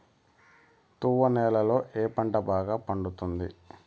తువ్వ నేలలో ఏ పంట బాగా పండుతుంది?